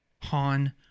Han